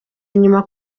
inyuma